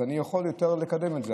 אז אני יכול יותר לקדם את זה,